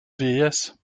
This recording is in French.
vieillesse